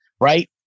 right